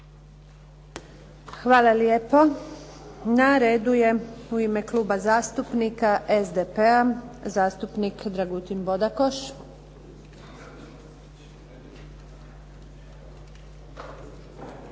Hvala lijepo. Na redu je u ime Kluba zastupnika SDP-a zastupnik Dragutin Bodakoš.